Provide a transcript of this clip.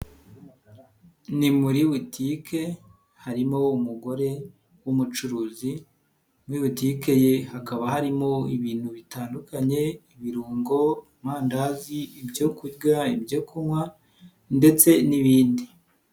Ni muri butike harimo umugore w'umucuruzi, muri butike ye hakaba harimo ibintu bitandukanye, ibirungo, amandazi, ibyo kurya, ibyo kunywa ndetse n'ibindi.